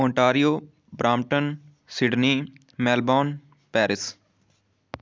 Ontario Brampton Sydney Melbourne Paris